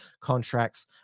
contracts